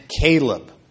Caleb